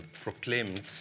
proclaimed